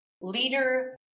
leader